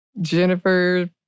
Jennifer